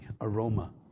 aroma